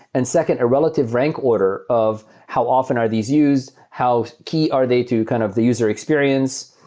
and second, a relative rank order of how often are these used? how key are they to kind of the user experience?